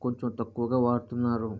కొంచెం తక్కువుగా వాడుతున్నారు